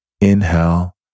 Inhale